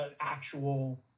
actual